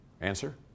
Answer